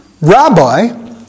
rabbi